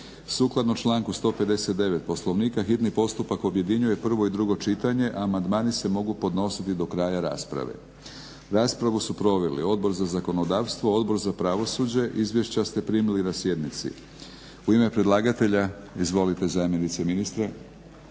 Sukladno članku 159. Poslovnika hitni postupak objedinjuje prvo i drugo čitanje, a amandmani se mogu podnosit do kraja rasprave. Raspravu su proveli Odbor za zakonodavstvo, Odbor za pravosuđe. Izvješća ste primili na sjednici. U ime predlagatelja izvolite zamjenice ministra